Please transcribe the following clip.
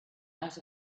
out